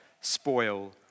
spoil